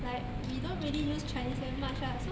like we don't really use chinese that much ah so